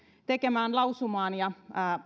tekemään lausumaan ja